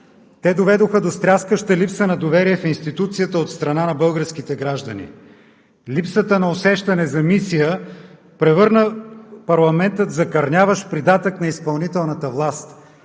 Те доведоха до стряскаща липса на доверие в институцията от страна на българските граждани. Липсата на усещане за мисия превърна парламента в закърняващ придатък на изпълнителната власт,